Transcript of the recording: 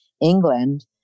England